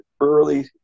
early